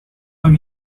are